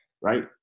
right